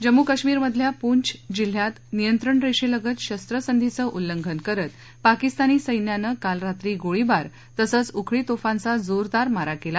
जम्मू काश्मिरमधल्या पूंछ जिल्ह्यात नियंत्रण रेषेलगत शस्त्रसंधीचं उल्लंघन करत पाकिस्तानी सैन्यानं काल रात्री गोळीबार तसंच उखळी तोफाचा जोरदार मारा केला